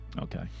Okay